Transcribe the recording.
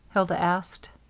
hilda asked.